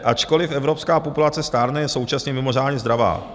Ačkoliv evropská populace stárne, je současně mimořádně zdravá.